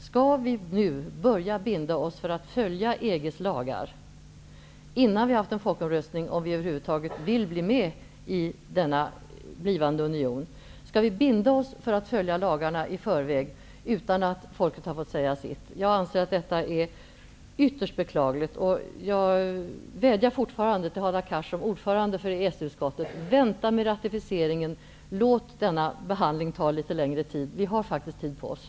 Skall vi nu binda oss för att följa EG:s lagar, innan vi har haft en folkomröstning om vi över huvud taget vill vara med i denna blivande union? Skall vi binda oss för att följa lagarna i förväg, utan att folket har fått säga sitt? Jag anser att detta är ytterst beklagligt. Jag vädjar fortfarande till Hadar Cars som ordförande i EES utskottet: Vänta med ratificeringen! Låt denna behandling ta litet längre tid! Vi har tid på oss.